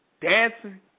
dancing